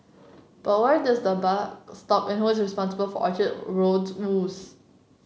but where does the buck stop and who is responsible for Orchard Road's woes